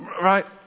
right